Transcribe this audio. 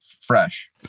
fresh